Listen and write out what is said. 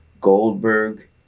Goldberg